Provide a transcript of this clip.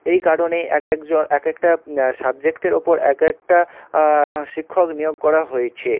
এই কারণে এক এক জন একেকটা সাবজেক্টের ওপর এক একটা শিক্ষক নিয়োগ করা হয়েছে